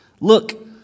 Look